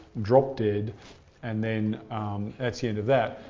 drop dead and then that's the end of that.